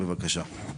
בבקשה.